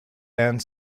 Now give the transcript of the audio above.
and